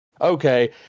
okay